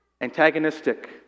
antagonistic